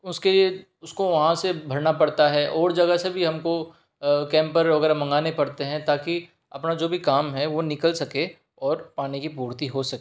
उसके उसको वहाँ से भरना पड़ता है और जगह से भी हमको केम्पर वगैरह मंगाने पड़ते हैं ताकि अपना जो भी काम है वो निकल सके और पानी की पूर्ति हो सके